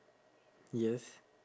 yes